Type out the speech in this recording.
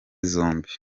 zombi